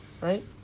Right